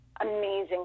amazing